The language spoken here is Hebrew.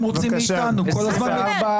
מי נגד?